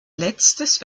letztes